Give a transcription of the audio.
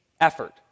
effort